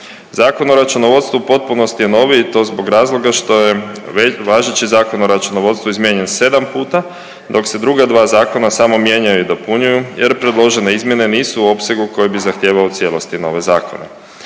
Zakon o računovodstvu potpunosti je novi i to zbog razloga što je važeći Zakon o računovodstvu izmijenjen 7 puta, dok se druga dva zakona samo mijenjaju i dopunjuju jer predložene izmjene nisu u opsegu koji bi zahtijevao u cijelosti nove zakone.